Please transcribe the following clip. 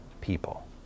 people